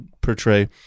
portray